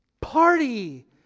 party